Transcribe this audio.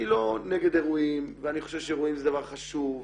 אני לא נגד אירועים ואני חושב שאירועים זה דבר חשוב,